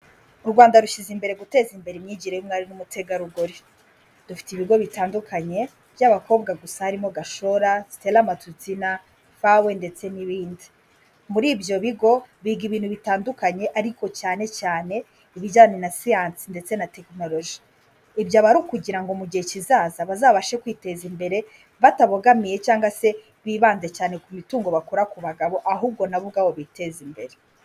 U Rwanda rushyize imbere guteza imbere imyigire y'umwari n'umutegarugori. Dufite ibigo bitandukanye by'abakobwa gusa harimo Gashor Stella Matutina, FAWE ndetse n'ibindi. Muri ibyo bigo biga ibintu bitandukanye ariko cyane cyane ibijyanye na siyansi ndetse na tekinoloji. Ibyo aba ari ukugira ngo mu gihe kizaza bazabashe kwiteza imbere batabogamiye cyangwa se bibande cyane ku mitungo bakura ku bagabo, ahubwo na bo ubwabo biteze imbere.